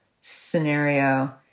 scenario